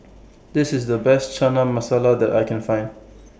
This IS The Best Chana Masala that I Can Find